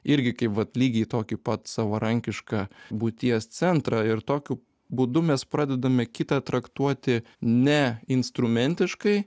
irgi kai vat lygiai tokį pat savarankišką būties centrą ir tokiu būdu mes pradedame kitą traktuoti ne instrumentiškai